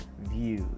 views